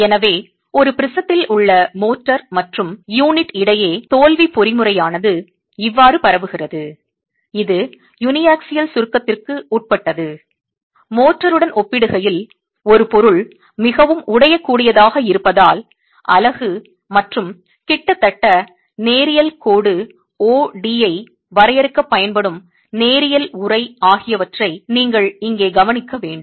எனவே ஒரு ப்ரிஸத்தில் உள்ள மோர்டார் மற்றும் யூனிட் இடையே தோல்வி பொறிமுறையானது இவ்வாறு பரவுகிறது இது யூனியாக்சியல் சுருக்கத்திற்கு உட்பட்டது மோர்டருடன் ஒப்பிடுகையில் ஒரு பொருள் மிகவும் உடையக்கூடியதாக இருப்பதால் அலகு மற்றும் கிட்டத்தட்ட நேரியல் கோடு O D ஐ வரையறுக்கப் பயன்படும் நேரியல் உறை ஆகியவற்றை நீங்கள் இங்கே கவனிக்க வேண்டும்